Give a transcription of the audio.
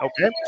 Okay